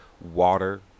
water